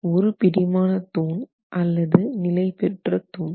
1 பிடிமான தூண் அல்லது நிலைபெற்ற தூண்